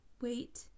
wait